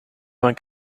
vingt